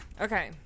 okay